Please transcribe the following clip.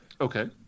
Okay